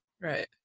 right